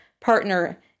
partner